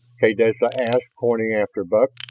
kaydessa asked, pointing after buck.